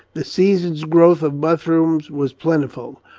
the season's growth of mushrooms was plentiful.